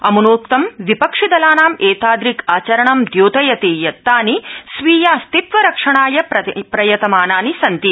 अमुनोक्तं विपक्षिदलानाम् एतादृक् आचरणं द्योतयति यत् तानि स्वीयास्तित्व रक्षणाय प्रयतमानानि सन्ति